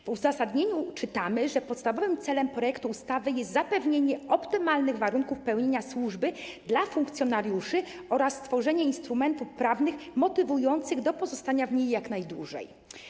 W uzasadnieniu czytamy, że podstawowym celem projektu ustawy jest zapewnienie optymalnych warunków pełnienia służby dla funkcjonariuszy oraz stworzenie instrumentów prawnych motywujących do pozostania w niej jak najdłużej.